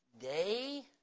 day